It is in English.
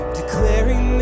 declaring